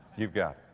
you've got